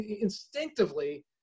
instinctively